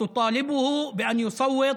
ולדרוש ממנו להצביע